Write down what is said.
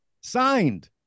Signed